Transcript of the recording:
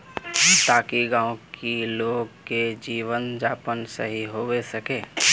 ताकि गाँव की लोग के जीवन यापन सही होबे सके?